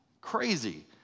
Crazy